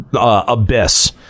abyss